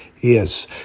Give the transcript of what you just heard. Yes